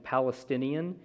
Palestinian